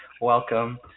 welcome